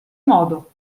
modo